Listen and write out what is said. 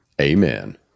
Amen